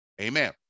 Amen